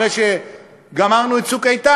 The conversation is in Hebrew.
אחרי שגמרנו את "צוק איתן",